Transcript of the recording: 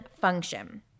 function